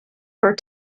for